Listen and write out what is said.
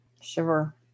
Shiver